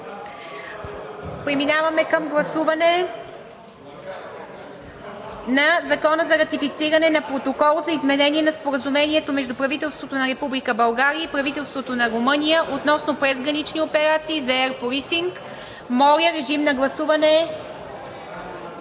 Преминаваме към гласуване на Законопроекта за ратифициране на Протокола за изменение на Споразумението между правителството на Република България и правителството на Румъния относно презгранични операции за Air Policing. Моля, режим на гласуване.